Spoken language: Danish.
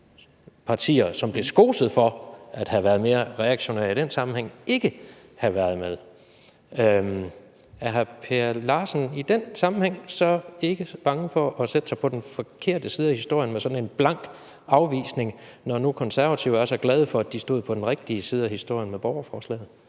partier, som blev skoset for at have været mere reaktionære i den sammenhæng, ikke havde været med. Er hr. Per Larsen i den sammenhæng så ikke så bange for at sætte sig på den forkerte side af historien med sådan en blank afvisning, når nu Konservative er så glade for, at de stod på den rigtige side af historien i forbindelse med borgerforslaget?